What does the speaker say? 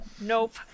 Nope